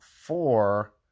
four